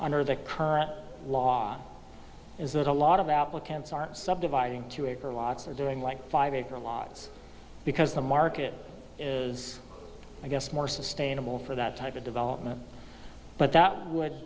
under the current law is that a lot of applicants are subdividing two acre lots or doing like five acre lots because the market is i guess more sustainable for that type of development but that would